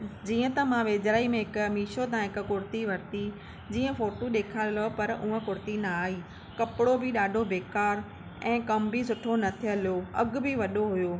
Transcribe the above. जीअं त मां वेझिड़ाई में हिकु मीशो तां हिकु कुर्ती वरिती जीअं फ़ोटू ॾेखारियो पर उहा कुर्ती न आई कपिड़ो बि ॾाढो बेकारु ऐं कमु बि सुठो न थियल हुओ अघु बि वॾो हुओ